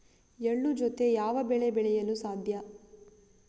ಎಳ್ಳು ಜೂತೆ ಯಾವ ಬೆಳೆ ಬೆಳೆಯಲು ಸಾಧ್ಯ?